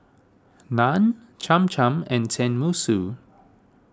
Naan Cham Cham and Tenmusu